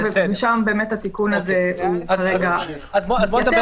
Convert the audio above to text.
ומשם באמת התיקון הזה הוא כרגע מתייתר,